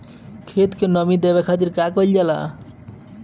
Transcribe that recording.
खेत के नामी देवे खातिर का कइल जाला?